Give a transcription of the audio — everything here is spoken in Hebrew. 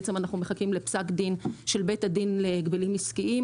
בעצם אנחנו מחכים לפסק דין של בית הדין להגבלים עסקיים,